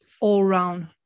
all-round